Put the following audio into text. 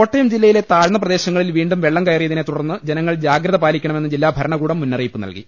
കോട്ടയം ജില്ലയിലെ താഴ്ന്ന പ്രദേശങ്ങളിൽ വീണ്ടും വെള്ളം കയറിയതിനെ തുടർന്ന് ജനങ്ങൾ ജാഗ്രത് പാലിക്കണമെന്ന് ജില്ലാ ഭരണകൂടം മുന്നറിയിപ്പു നൽകി